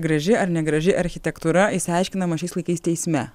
graži ar negraži architektūra išsiaiškinama šiais laikais teisme